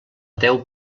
deu